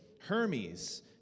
Hermes